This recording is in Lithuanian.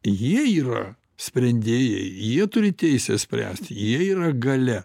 jie yra sprendėjai jie turi teisę spręst jie yra galia